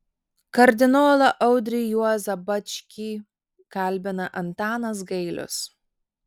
kardinolą audrį juozą bačkį kalbina antanas gailius